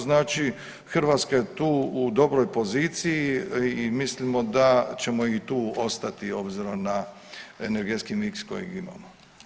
Znači Hrvatska je tu u dobroj poziciji i mislimo da ćemo i tu ostati obzirom na energetski miks kojeg imamo.